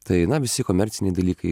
tai na visi komerciniai dalykai